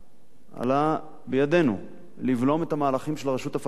עלה בידנו לבלום את המהלכים של הרשות הפלסטינית